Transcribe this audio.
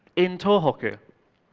in tohoku.